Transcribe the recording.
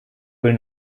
will